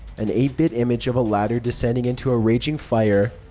an eight bit image of a ladder descending into a raging fire.